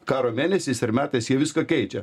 karo mėnesiais ir metais jie viską keičia